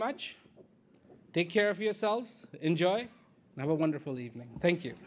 much take care of yourselves enjoy my wonderful evening thank you